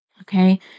Okay